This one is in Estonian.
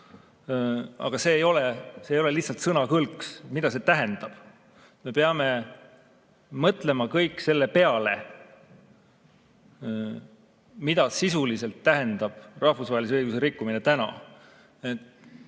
aga see ei ole lihtsalt sõnakõlks. Mida see tähendab? Me peame kõik mõtlema selle peale, mida sisuliselt tähendab täna rahvusvahelise õiguse rikkumine.